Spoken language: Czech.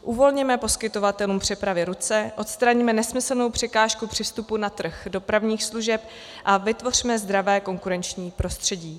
Uvolněme poskytovatelům přepravy ruce, odstraňme nesmyslnou překážku při vstupu na trh dopravních služeb a vytvořme zdravé konkurenční prostředí.